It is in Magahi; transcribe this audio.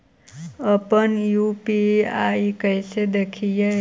अपन यु.पी.आई कैसे देखबै?